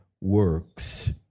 works